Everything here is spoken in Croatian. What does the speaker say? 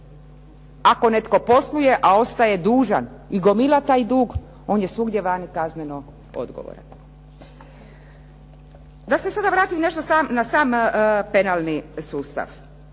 Ako netko posluje, a ostaje dužan i gomila taj dug, on je svugdje vani kazneno odgovoran. Da se sada vratim na sam penalni sustav.